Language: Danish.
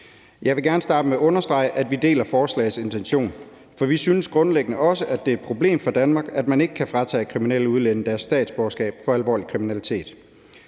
Jeg vil gerne starte med at understrege, at vi deler forslagets intention, for vi synes grundlæggende også, at det er et problem for Danmark, at man ikke kan fratage kriminelle udlændinge deres statsborgerskab for alvorlig kriminalitet.